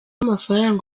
amafaranga